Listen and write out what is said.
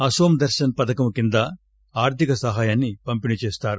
అస్పోం దర్శన్ పథకం కింద ఆర్థిక సహాయాన్ని పంపిణీ చేస్తారు